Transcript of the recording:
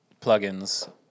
plugins